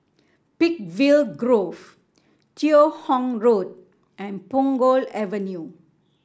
Peakville Grove Teo Hong Road and Punggol Avenue